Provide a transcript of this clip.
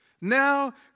Now